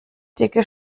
dicke